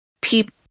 people